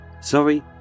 Sorry